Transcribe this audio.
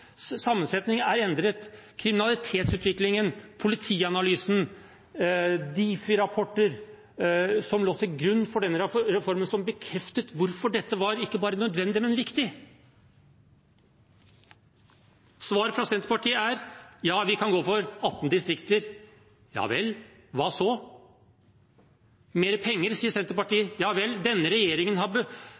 kriminalitetsutviklingen Politianalysen Difi-rapporter, som lå til grunn for denne reformen, og som bekreftet hvorfor dette ikke bare var nødvendig, men også viktig Svaret fra Senterpartiet er: Ja, vi kan gå for 18 distrikter. Ja vel, hva så? Mer penger, sier Senterpartiet. Ja vel, denne regjeringen har